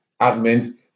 admin